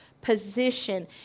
position